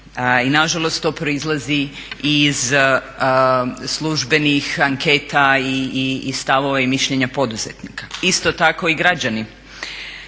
i nažalost to proizlazi iz službenih anketa i stavova i mišljenja poduzetnika. Isto tako i građani